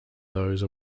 those